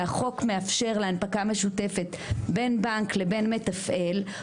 והחוק מאפשר להנפקה משותפת בין בנק לבין מתפעל,